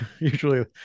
usually